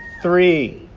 three,